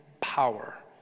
power